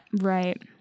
Right